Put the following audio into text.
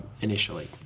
initially